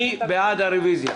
מי בעד הרביזיה?